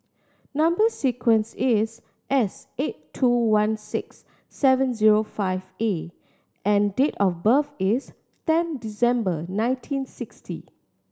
number sequence is S eight two one six seven zero five A and date of birth is ten December nineteen sixty